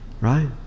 right